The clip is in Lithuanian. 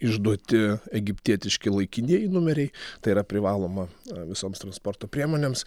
išduoti egiptietiški laikinieji numeriai tai yra privaloma visoms transporto priemonėms